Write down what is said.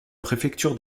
préfecture